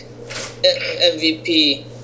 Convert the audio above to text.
mvp